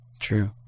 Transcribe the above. True